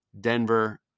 Denver